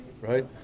right